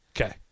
Okay